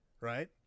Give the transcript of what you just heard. Right